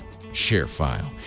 ShareFile